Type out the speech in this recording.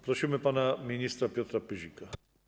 Prosimy pana ministra Piotra Pyzika.